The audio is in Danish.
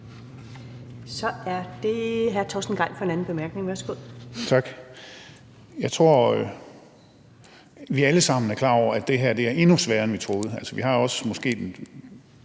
Så er det hr. Torsten Gejl for en anden bemærkning. Værsgo. Kl. 18:32 Torsten Gejl (ALT): Tak. Jeg tror, vi alle sammen er klar over, at det her er endnu sværere, end vi troede. Vi har måske også